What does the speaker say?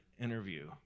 interview